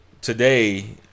Today